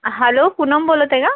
hello Poonam बोलत आहे का